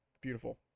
Beautiful